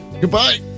Goodbye